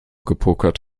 gepokert